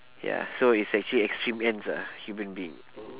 ya so it's actually extreme ends ah human being